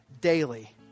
daily